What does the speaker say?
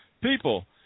people